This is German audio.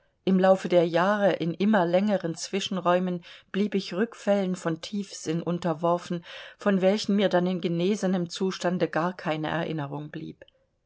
im lauf der jahre in immer längeren zwischenräumen blieb ich rückfällen von tiefsinn unterworfen von welchen mir dann in genesenem zustande gar keine erinnerung blieb